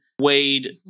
Wade